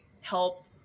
help